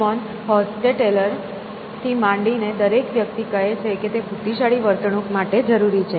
Simon Hostetler થી માંડીને દરેક વ્યક્તિ કહે છે કે તે બુદ્ધિશાળી વર્તણૂક માટે જરૂરી છે